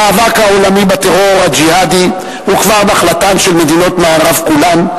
המאבק העולמי בטרור ה"ג'יהאדי" הוא כבר נחלתן של מדינות המערב כולן,